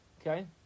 Okay